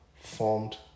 formed